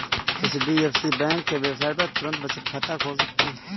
HDFC bank के website पर तुरंत बचत खाता खोल सकते है